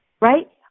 Right